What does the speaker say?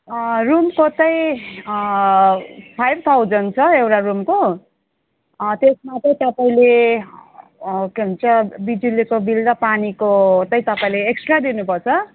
रुमको त five thousand छ एउटा रुमको त्यसमा त तपाईँले के भन्छ बिजुलीको बिल र पानीको त तपाईँले एक्स्ट्रा दिनु पर्छ